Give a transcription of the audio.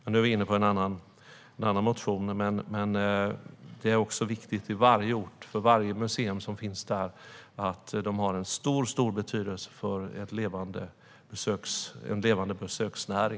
Då går vi visserligen in på en annan motion, men det är viktigt för varje ort och för varje museum som finns där att veta att de har stor betydelse för en levande besöksnäring.